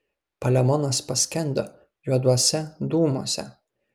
palemonas paskendo juoduose dūmuose